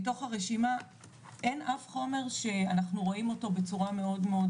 מתוך הרשימה אין אף חומר שאנחנו רואים אותו בצורה מאוד מאוד